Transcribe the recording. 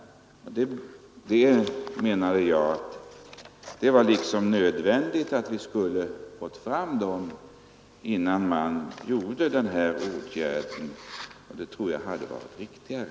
Det är nödvändigt, menade jag, att få fram de möjligheterna innan vi vidtar den här åtgärden — detta tror jag hade varit riktigare.